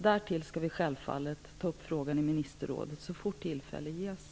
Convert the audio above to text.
Därtill skall vi självfallet ta upp frågan i ministerrådet så fort tillfälle ges.